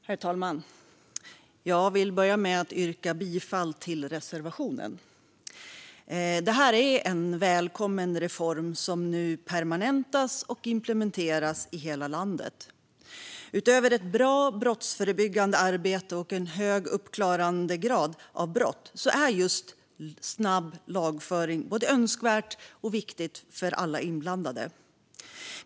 Herr talman! Jag vill börja med att yrka bifall till reservationen. Det här är en välkommen reform som nu permanentas och implementeras i hela landet. Utöver ett bra brottsförebyggande arbete och en hög uppklarandegrad av brott är just snabb lagföring både önskvärd och viktig för alla inblandade.